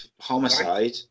homicide